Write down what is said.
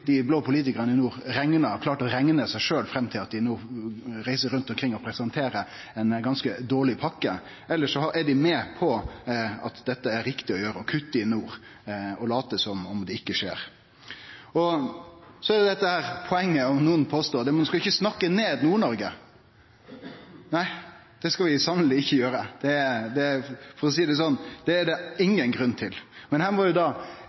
blå politikarane i nord sjølve klart å rekne seg fram til at det dei no reiser rundt omkring og presenterer, er ei ganske dårleg pakke, eller så er dei med på at dette er riktig å gjere: å kutte i nord og late som om det ikkje skjer. Så er det dette poenget, som nokon påstår, at ein skal ikkje snakke ned Nord-Norge. Nei, det skal vi sanneleg ikkje gjere! For å seie det slik: Det er det ingen grunn til. Men her må